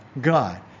God